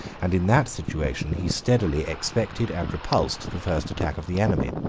and in that situation he steadily expected and repulsed the first attack of the enemy.